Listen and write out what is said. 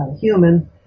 human